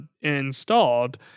installed